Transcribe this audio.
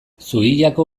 zuiako